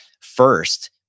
first